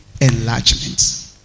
enlargement